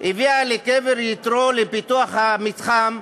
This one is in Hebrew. הביאה לקבר יתרו, לפיתוח המתחם,